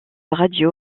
radio